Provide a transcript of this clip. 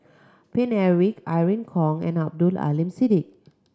Paine Eric Irene Khong and Abdul Aleem Siddique